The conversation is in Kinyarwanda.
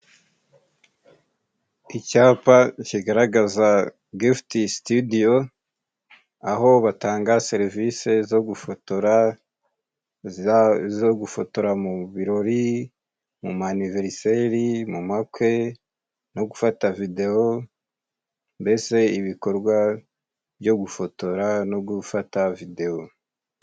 Icyapa kigaragaza gifuti sitidiyo, aho batanga serivise zo gufotora, zo gufotora mu birori, mu maniverisere，mu makwe no gufata videwo. Mbese ibikorwa byo gufotora no gufata videwo.